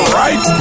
right